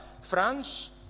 France